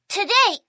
Today